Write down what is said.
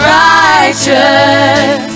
righteous